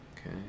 Okay